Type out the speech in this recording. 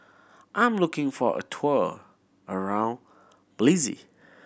I am looking for a tour around Belize